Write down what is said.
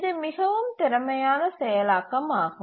இது மிகவும் திறமையான செயலாக்கமாகும்